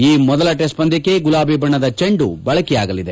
ಈ ಮೊದಲ ಟೆಸ್ಟ್ ಪಂದ್ಯಕ್ಕೆ ಗುಲಾಬಿ ಬಣ್ಣದ ಚಂಡು ಬಳಕೆಯಾಗಲಿದೆ